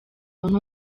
umuntu